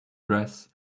dress